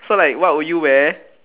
so like what would you wear